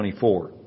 24